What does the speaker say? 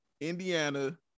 Indiana